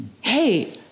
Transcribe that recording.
hey